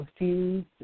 refuse